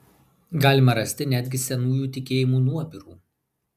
galima rasti netgi senųjų tikėjimų nuobirų